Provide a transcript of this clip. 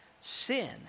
Sin